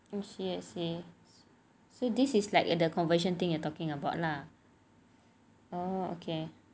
I see I see so this is like the conversion thing you're talking about lah oh okay